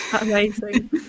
Amazing